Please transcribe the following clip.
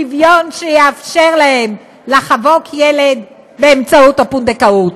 שוויון שיאפשר להם לחבוק ילד באמצעות הפונדקאות.